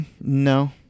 No